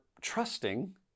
trusting